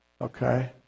Okay